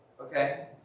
okay